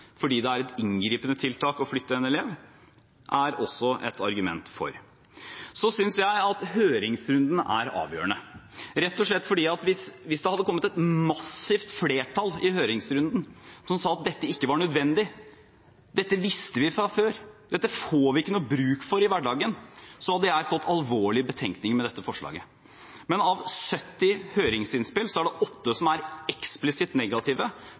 fordi det er et inngripende tiltak å flytte en elev, er også et argument for. Så synes jeg at høringsrunden er avgjørende, rett og slett fordi hvis det hadde kommet et massivt flertall i høringsrunden som sa at dette ikke var nødvendig, dette visste vi fra før, dette får vi ikke noe bruk for i hverdagen, hadde jeg fått alvorlige betenkninger med dette forslaget. Men av 70 høringsinnspill er det 8 som er eksplisitt negative,